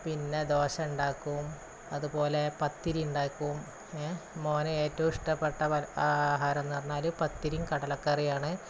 പിന്നെ ദോശ ഉണ്ടാക്കും അതുപോലെ പത്തിരി ഉണ്ടാക്കും മോന് ഏറ്റവും ഇഷ്ടപ്പെട്ട ഭക്ഷണം ആഹാരമെന്ന് പറഞ്ഞാല് പത്തിരിയും കടലക്കറിയും ആണ്